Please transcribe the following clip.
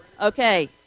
Okay